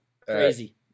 crazy